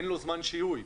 אין לו זמן שיהוי.